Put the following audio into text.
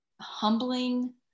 humbling